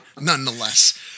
nonetheless